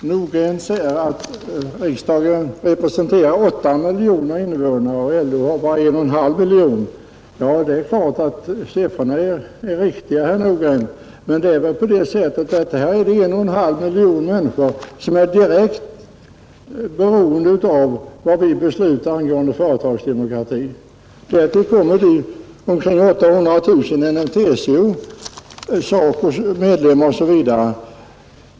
Herr talman! Herr Nordgren säger att riksdagen representerar 8 miljoner invånare men LO bara en och en halv miljon. Ja, siffrorna är riktiga, men det gäller en och en halv miljon människor som är direkt beroende av vad vi beslutar angående företagsdemokrati. Därtill kommer 800 000 inom TCO och därtill SACO:s medlemmar osv.